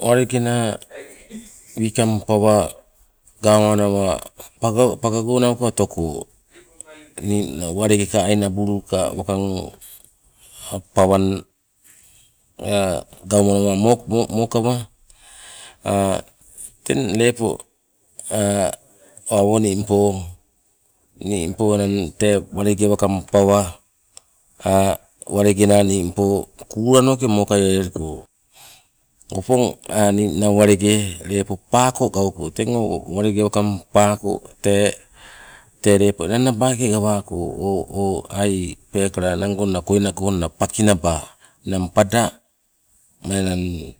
Walenge naa wikang pawa gawawanama paga pagagonauka otoko, ninna walengeka ainabulika wakang pawa gaumanawa mo- mokawa. teng lepo awo ningpo, ningpo tee enang walenge wakang pawa walenge naa ningpo kuulanoke mokai aliko. Opong ninna walenge lepo paako gauko teng o walenge wakang tee, tee lepo enang naabake gawako o o ai peekala enang gonna koina konna paki naba, ninang pada enang